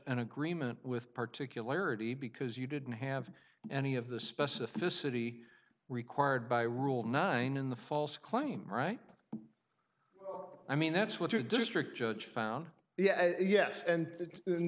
an agreement with particularity because you didn't have any of the specificity required by rule nine in the false claim right i mean that's what your district judge found yes yes and it's